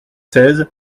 seize